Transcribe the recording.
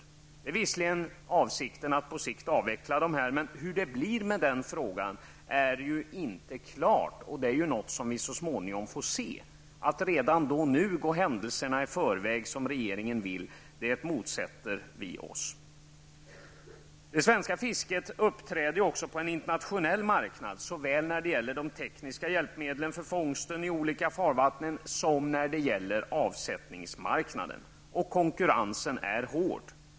Avsikten är visserligen att dessa på sikt skall avvecklas, men hur det blir med den frågan är inte klart, och det är något som vi så småningom får se. Att då redan nu gå händelserna i förväg, som regeringen vill, motsätter vi oss. Det svenska fisket uppträder också på en internationell marknad såväl när det gäller de tekniska hjälpmedlen för fångsten i olika farvatten som när det gäller avsättningsmarknaden. Konkurrensen är hård.